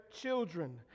children